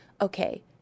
okay